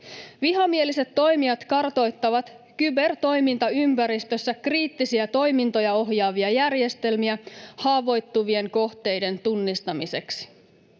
Vihamieliset toimijat kartoittavat kybertoimintaympäristössä kriittisiä toimintoja ohjaavia järjestelmiä haavoittuvien kohteiden tunnistamiseksi.